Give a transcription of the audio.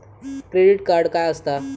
Credit card काय असता?